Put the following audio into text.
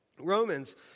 Romans